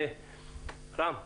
רם,